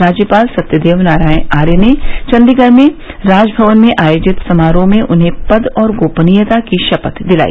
राज्यपाल सत्यदेव नारायण आर्य ने चंडीगढ़ में राजभवन में आयोजित समारोह में उन्हें पद और गोपनीयता की शपथ दिलाई